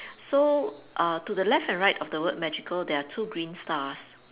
so uh to the left and right of the word magical there are two green stars